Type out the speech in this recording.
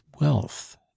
wealth